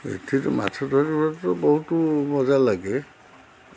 ଏଥିରେ ମାଛ ଧରିବା ତ ବହୁତ ମଜା ଲାଗେ